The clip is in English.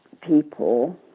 people